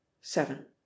seven